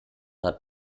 hat